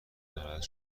ناراحت